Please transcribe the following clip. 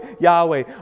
Yahweh